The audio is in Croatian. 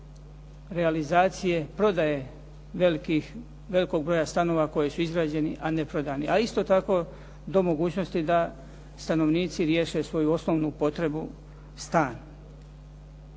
realizacije prodaje velikog broja stanova koje su izgrađeni, a ne prodani. A isto tako do mogućnosti da stanovnici riješe svoju osnovnu potrebu stan.